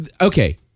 Okay